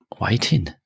waiting